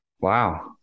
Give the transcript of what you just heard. Wow